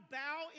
bow